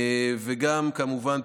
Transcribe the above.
וגם, כמובן,